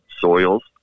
soils